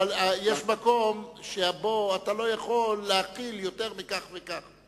אבל יש מקום שבו אתה לא יכול להכיל יותר מכך וכך.